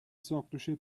ساقدوشت